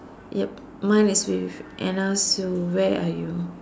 yup mine is with Anna Sue where are you